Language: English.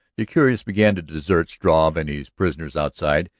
the curious began to desert struve and his prisoners outside,